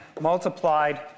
multiplied